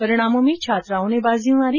परिणामों में छात्राओं र्ने बाजी मारी